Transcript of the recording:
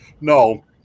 no